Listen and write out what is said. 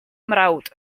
mrawd